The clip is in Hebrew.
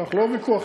אנחנו לא בוויכוח.